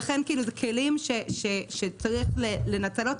אלה כלים שצריך לנצל,